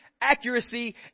accuracy